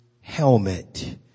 helmet